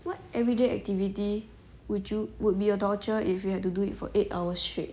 what everyday activity would you would be a torture if you had to do it for eight hours straight